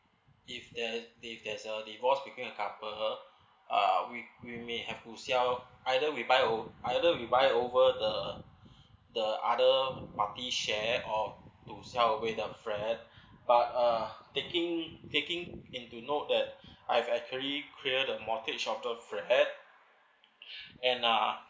if there's if there's a divorce between the couple uh we we may have to sell either we buy o~ either we buy over the the other party share or to sell over the flat but uh taking taking into note that I've actually clear the mortgage of the flat and uh